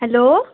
hello